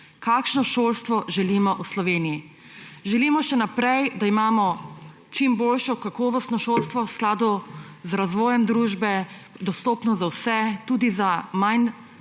Kakšno šolstvo želimo v Sloveniji? Želimo še naprej, da imamo čim boljše, kakovostno šolstvo v skladu z razvojem družbe, dostopno za vse, tudi za manj